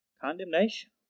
condemnation